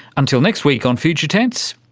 until next week on future tense,